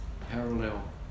parallel